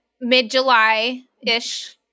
mid-July-ish